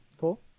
cool